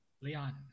Leon